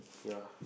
ya